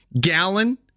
Gallon